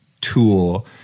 tool